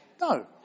No